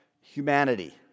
humanity